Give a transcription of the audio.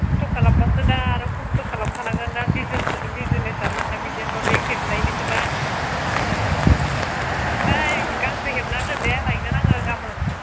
खस्थ' खालामबासोदा आरो खस्थ' खालामखानांगोन ना बिज्सनेसानो नोंना बिदिनोबा बेग हेबनायनिसोबा ओइ गांसे हेबना दोनदे लायगोन आङो गाबोन